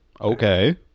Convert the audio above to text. okay